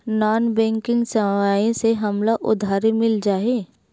Non banking सेवाएं से हमला उधारी मिल जाहि?